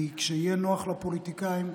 כי כשיהיה נוח לפוליטיקאים,